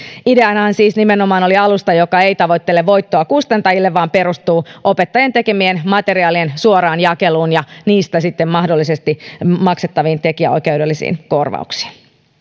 ideanahan siis oli nimenomaan alusta joka ei tavoittele voittoa kustantajille vaan perustuu opettajien tekemien materiaalien suoraan jakeluun ja niistä sitten mahdollisesti maksettaviin tekijänoikeudellisiin korvauksiin